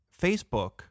Facebook